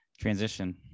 transition